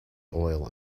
oil